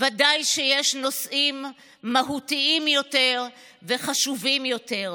ודאי שיש נושאים מהותיים יותר וחשובים יותר.